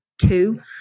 Two